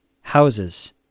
Houses